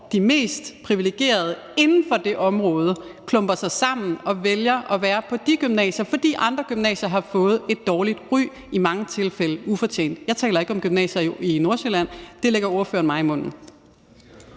de mest privilegerede inden for det område klumper sig sammen og vælger at være på de gymnasier, fordi andre gymnasier har fået et dårligt ry – i mange tilfælde ufortjent. Jeg taler ikke om gymnasier i Nordsjælland. Det lægger ordføreren mig i munden.